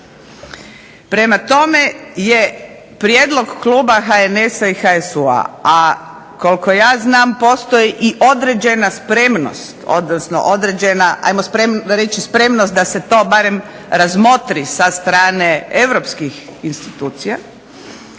Prema tome je prijedlog Kluba HNS HSU-a, a koliko ja znam postoji određena spremnost, ajmo reći spremnost da se to razmotri sa strane Europskih institucija,